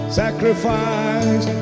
sacrifice